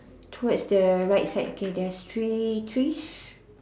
towards the right side okay there's three trees